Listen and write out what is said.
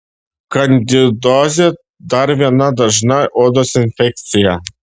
kandidozė dar viena dažna odos infekcija